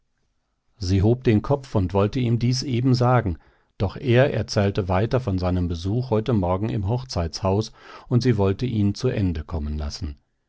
sie hob den kopf und wollte ihm dies eben sagen doch er erzählte weiter von seinem besuch heute morgen im hochzeitshaus und sie wollte ihn zu ende kommen lassen